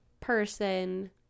person